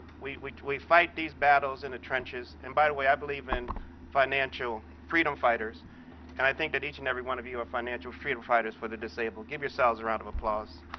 we we we fight these battles in the trenches. and by the way, i believe in financial freedom fighters and i think that each and every one of you are financial freedom fighters for the disabled. give yourselves a round of applause.